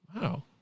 Wow